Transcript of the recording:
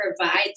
provide